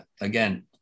again